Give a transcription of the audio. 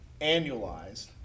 annualized